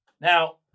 Now